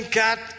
cat